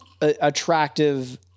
attractive